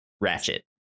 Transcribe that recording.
Ratchet